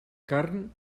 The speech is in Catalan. carn